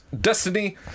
Destiny